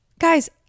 guys